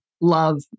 love